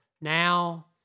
now